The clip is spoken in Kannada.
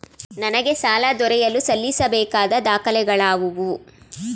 ನನಗೆ ಸಾಲ ದೊರೆಯಲು ಸಲ್ಲಿಸಬೇಕಾದ ದಾಖಲೆಗಳಾವವು?